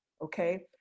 Okay